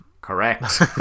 Correct